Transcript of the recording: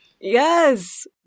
Yes